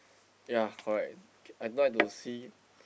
ya correct I like to see